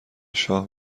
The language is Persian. شاه